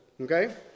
Okay